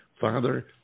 father